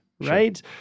right